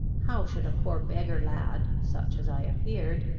how should a poor beggar lad, such as i appeared,